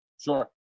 Sure